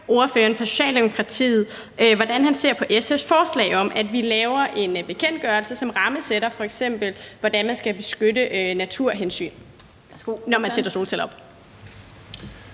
ordføreren fra Socialdemokratiet, hvordan han ser på SF's forslag om, at vi laver en bekendtgørelse, som f.eks. rammesætter, hvordan man skal beskytte naturhensyn, når man sætter solceller op.